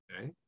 okay